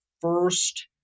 first